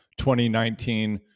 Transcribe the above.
2019